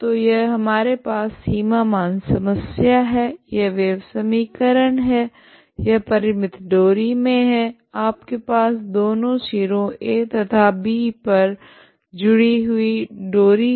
तो यह हमारे पास सीमा मान समस्या है यह वेव समीकरण है यह परिमित डोरी मे है आपके पास दोनों सिरो a तथा b पर जोड़ी हुए डोरी है